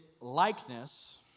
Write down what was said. likeness